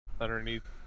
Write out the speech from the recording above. underneath